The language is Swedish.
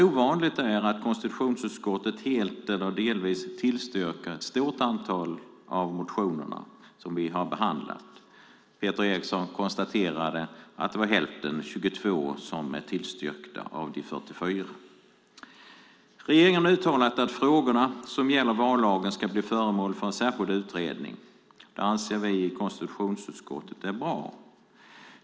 Ovanligt är att konstitutionsutskottet helt eller delvis tillstyrker ett stort antal av de motioner som vi behandlar. Peter Eriksson konstaterade att hälften av de 44 motionerna, det vill säga 22 motioner, tillstyrkts. Regeringen har uttalat att frågorna som gäller vallagen ska bli föremål för en särskild utredning. Det anser vi i konstitutionsutskottet är bra.